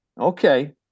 Okay